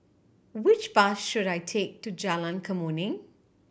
which bus should I take to Jalan Kemuning